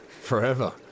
Forever